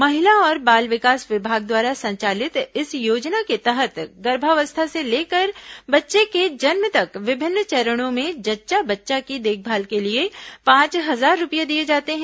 महिला और बाल विकास विभाग द्वारा संचालित इस योजना के तहत गर्भावस्था से लेकर बच्चे के जन्म तक विभिन्न चरणों में जच्चा बच्चा की देखभाल के लिए पांच हजार रूपये दिए जाते हैं